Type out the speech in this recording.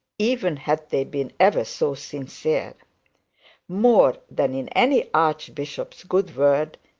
even had they been ever so sincere more than in any archbishop's good work,